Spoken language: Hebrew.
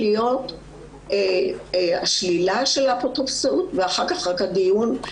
להיות השלילה של האפוטרופסות ורק אחר כך הדיון.